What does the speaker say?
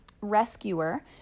rescuer